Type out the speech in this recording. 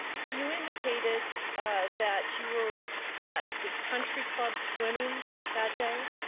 you indicated that you were at the country club swimming that day?